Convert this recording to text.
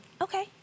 Okay